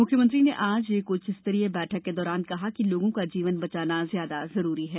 मुख्यमंत्री ने आज एक उच्चस्तरीय बैठक के दौरान कहा कि लोगों का जीवन बचाना ज्यादा जरूरी है